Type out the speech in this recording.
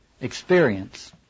experience